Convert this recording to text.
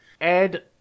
Ed